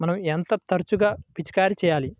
మనం ఎంత తరచుగా పిచికారీ చేయాలి?